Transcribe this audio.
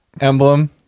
emblem